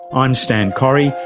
i'm stan correy,